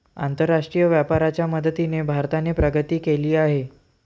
आंतरराष्ट्रीय व्यापाराच्या मदतीने भारताने प्रगती केली आहे